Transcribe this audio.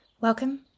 Welcome